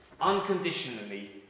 unconditionally